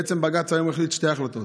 בעצם בג"ץ היום החליט שתי החלטות: